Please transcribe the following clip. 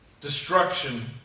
destruction